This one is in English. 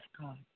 God